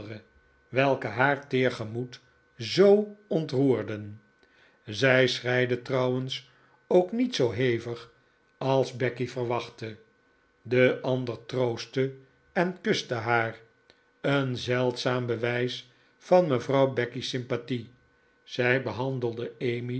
welke haar teer gemoed zoo ontroerden zij schreide trouwens ook niet zoo hevig als becky verwachtte de ander troostte en kuste haar een zeldzaam bewijs van mevrouw becky's sympathie zij behandelde emmy